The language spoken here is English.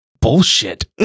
Bullshit